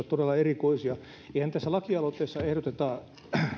todella erikoisia eihän tässä lakialoitteessa ehdoteta